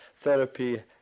therapy